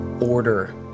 order